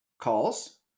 calls